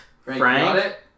Frank